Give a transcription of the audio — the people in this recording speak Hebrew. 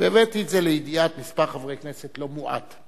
והבאתי את זה לידיעת מספר לא מועט של חברי כנסת.